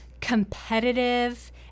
competitive